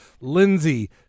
Lindsey